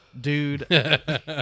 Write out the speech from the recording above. dude